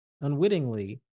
unwittingly